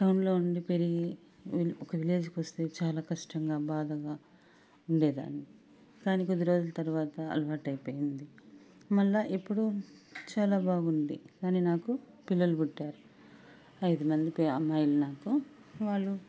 టౌన్లో ఉండి పెరిగి వీల్ ఒక విలేజ్ కొస్తే చాలా కష్టంగా భాదగా ఉండేదాన్ని కానీ కొద్దిరోజుల తర్వాత అలవాటైపోయింది మళ్ళా ఎప్పడు చాల బాగుంది కానీ నాకు పిల్లలు పుట్టారు ఐదు మంది అమ్మాయిలు నాకు వాళ్ళు